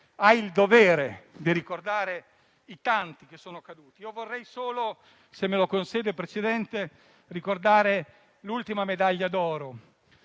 ha il dovere di ricordare i tanti che sono caduti. Vorrei solo, se me lo consente, Presidente, ricordare l'ultima medaglia d'oro: